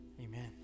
amen